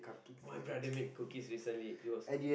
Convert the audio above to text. my brother make cookies recently it was